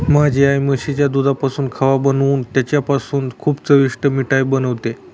माझी आई म्हशीच्या दुधापासून खवा बनवून त्याच्यापासून खूप चविष्ट मिठाई बनवते